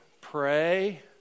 pray